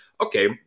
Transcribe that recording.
okay